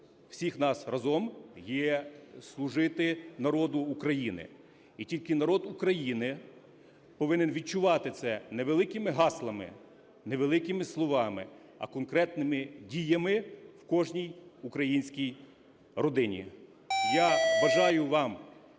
всіх нас разом є служити народу України. І тільки народ України повинен відчувати це не великими гаслами, не великими словами, а конкретними діями в кожній українській родині. Я бажаю вам